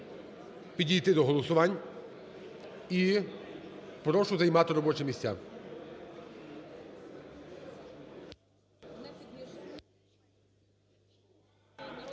підійти до голосувань і прошу займати робочі місця.